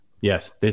yes